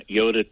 Yoda